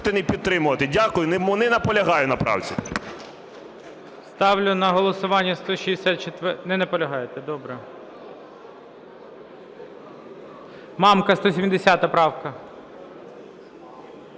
не підтримувати. Дякую. Не наполягаю на правці.